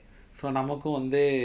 so நமக்கு வந்து:namaku vanthu